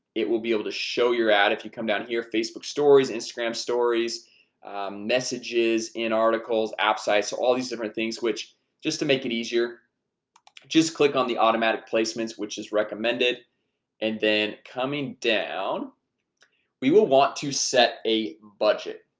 it will be able to show your ad if you come down here facebook stories instagram stories messages in articles apps i so all these different things which just to make it easier just click on the automatic placements which is recommended and then coming down we will want to set a budget.